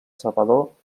salvador